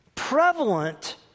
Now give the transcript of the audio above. prevalent